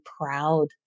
proud